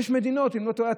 אם אני לא טועה,